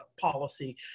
policy